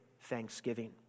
thanksgiving